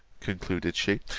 concluded she,